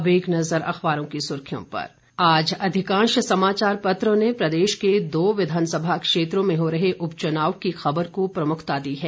अब एक नजर अखबारों की सुर्खियों पर आज अधिकांश समाचार पत्रों ने प्रदेश के दो विधानसभा क्षेत्रों में हो रहे उपचुनाव की खबर को प्रमुखता दी है